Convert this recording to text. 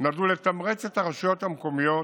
נועדו לתמרץ את הרשויות המקומיות